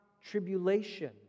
tribulation